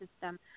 system